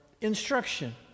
instruction